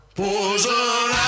poison